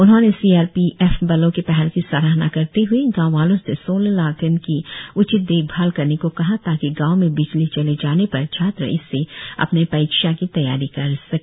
उन्होंने C R P F बलों के पहल की सराहना करते हए गांव वालों से सोलार लालटेन की उचित देखभाल करने को कहा ताकि गांव में बिजली चले जाने पर छात्र इससे अपने परीक्षा की तैयारी कर सके